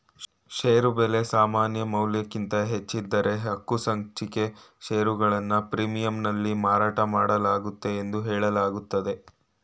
ಷೇರು ಬೆಲೆ ಸಮಾನಮೌಲ್ಯಕ್ಕಿಂತ ಹೆಚ್ಚಿದ್ದ್ರೆ ಹಕ್ಕುಸಂಚಿಕೆ ಷೇರುಗಳನ್ನ ಪ್ರೀಮಿಯಂನಲ್ಲಿ ಮಾರಾಟಮಾಡಲಾಗುತ್ತೆ ಎಂದು ಹೇಳಲಾಗುತ್ತೆ